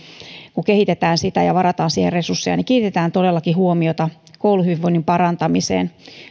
kun kehitetään sitä ja varataan siihen resursseja niin kiinnitetään todellakin huomiota kouluhyvinvoinnin parantamiseen